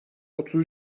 otuz